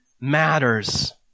matters